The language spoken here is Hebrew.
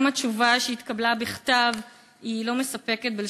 גם התשובה שהתקבלה בכתב לא מספקת,